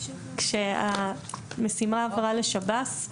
כשהמשימה עברה לשב"ס,